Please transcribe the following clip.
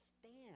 stand